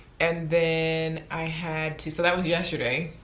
and then i had to, so that was yesterday.